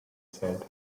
said